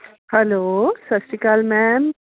hello ਸਤਿ ਸ਼੍ਰੀ ਅਕਾਲ ਮੈਮ